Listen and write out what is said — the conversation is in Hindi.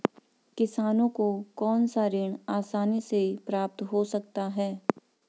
किसानों को कौनसा ऋण आसानी से प्राप्त हो सकता है?